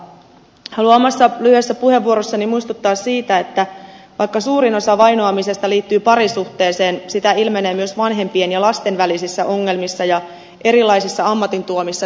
haluan omassa lyhyessä puheenvuorossani muistuttaa siitä että vaikka suurin osa vainoamisesta liittyy parisuhteeseen sitä ilmenee myös vanhempien ja lasten välisissä ongelmissa ja erilaisissa ammatin tuomissa tilanteissa